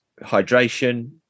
hydration